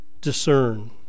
Discern